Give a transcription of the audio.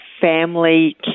family